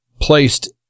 placed